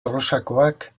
tolosakoak